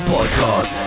Podcast